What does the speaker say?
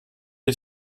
die